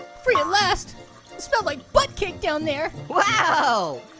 free at last. it smelled like butt cake down there. wow,